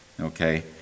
Okay